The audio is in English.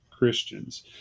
Christians